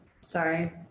sorry